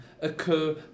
occur